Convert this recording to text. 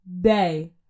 day